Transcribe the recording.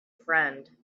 friend